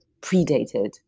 predated